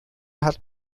hat